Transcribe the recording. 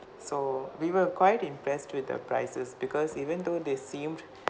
so we were quite impressed with the prices because even though they seemed